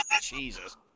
Jesus